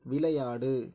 விளையாடு